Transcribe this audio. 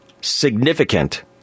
significant